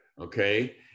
okay